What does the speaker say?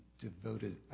devoted